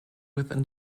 within